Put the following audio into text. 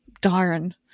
Darn